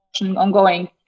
ongoing